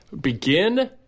begin